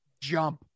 jump